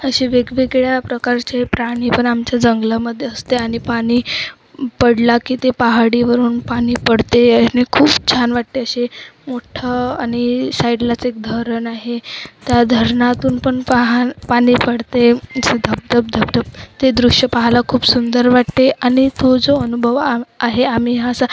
असे वेगवेगळ्या प्रकारचे प्राणी पण आमच्या जंगलामध्ये असते आणि पाणी पडला की ते पहाडीवरून पाणी पडते आणि खूप छान वाटते असे मोठं आणि साईडलाच एक धरण आहे त्या धरणातून पण पाह पाणी पडते असे धबधबध ते दृश्य पाहायला खूप सुंदर वाटते आणि तो जो अनुभव आ आहे आम्ही हा असा